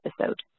episode